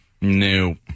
No